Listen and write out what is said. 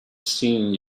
seeing